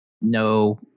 no